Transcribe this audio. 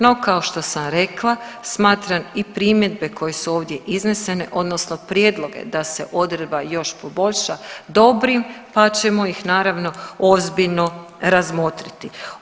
No, kao što sam rekla smatram i primjedbe koje su ovdje iznesene odnosno prijedloge da se odredba još poboljša dobrim pa ćemo ih naravno ozbiljno razmotriti.